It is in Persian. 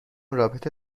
رابطه